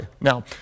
Now